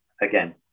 again